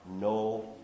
no